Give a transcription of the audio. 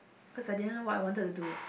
cause I didn't know what I wanted to do